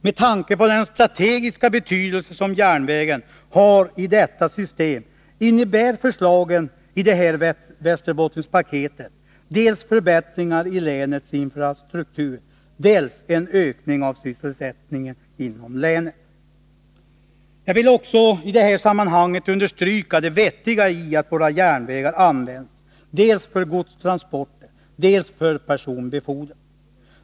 Med tanke på den strategiska betydelse som järnvägen har i detta system, innebär förslagen i det här Västerbottenpaketet dels förbättringar i länets infrastruktur, dels en ökning av sysselsättningen inom länet. Jag vill också i detta sammanhang understryka det vettiga i att våra järnvägar används, dels för godstransporter, dels för personbefordran.